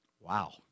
Wow